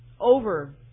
Over